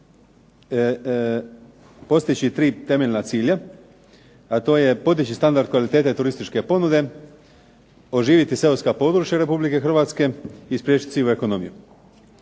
postići tri temeljna cilja, a to je podići standard kvalitete turističke ponude, oživiti seoska područja Republike Hrvatske i spriječiti sivu ekonomiju.